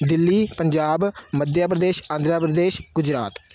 Delhi Punjab Madhya Pradesh Andhra Pradesh Gujarat